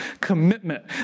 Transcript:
commitment